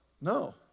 No